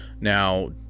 Now